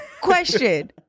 Question